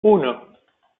uno